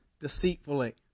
deceitfully